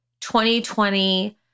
2020